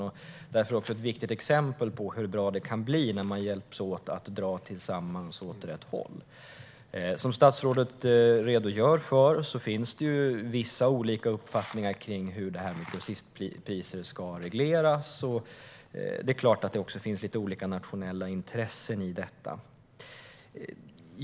Därför är detta också ett viktigt exempel på hur bra det kan bli när man hjälps åt att dra tillsammans åt rätt håll. Som statsrådet redogör för finns det ju olika uppfattningar kring hur grossistpriser ska regleras, och det är klart att det också finns lite olika nationella intressen i detta.